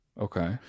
okay